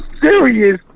serious